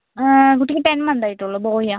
കുട്ടിക്ക് ten month ആയിട്ടുള്ളൂ boy ആണ്